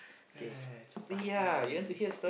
chapati